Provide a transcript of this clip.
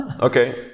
Okay